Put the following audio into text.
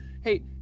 Hey